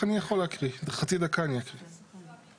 אהלן שלומי.